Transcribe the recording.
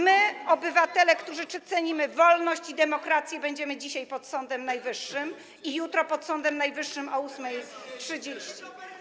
My, obywatele, którzy cenimy wolność i demokrację, będziemy dzisiaj pod Sądem Najwyższym i jutro pod Sądem Najwyższym o godz. 8.30.